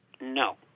No